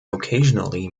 occasionally